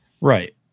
Right